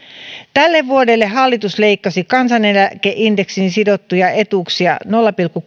tälle vuodelle hallitus leikkasi kansaneläkeindeksiin sidottuja etuuksia nolla pilkku